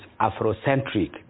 Afrocentric